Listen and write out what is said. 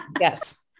Yes